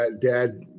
dad